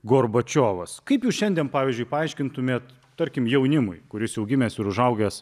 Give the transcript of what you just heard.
gorbačiovas kaip jūs šiandien pavyzdžiui paaiškintumėt tarkim jaunimui kuris jau gimęs ir užaugęs